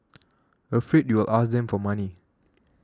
afraid you'll ask them for money